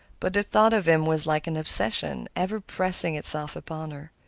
but the thought of him was like an obsession, ever pressing itself upon her.